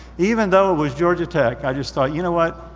even though it was georgia tech, i just thought, you know what?